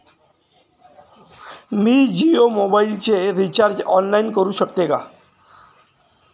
मी Jio मोबाइलचे recharge online करू शकते का?